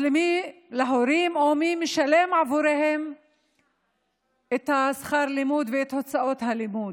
להורים או למי שמשלם עבורם את שכר הלימוד ואת הוצאות הלימוד.